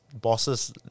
bosses